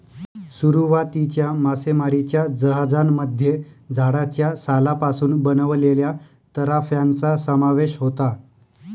सुरुवातीच्या मासेमारीच्या जहाजांमध्ये झाडाच्या सालापासून बनवलेल्या तराफ्यांचा समावेश होता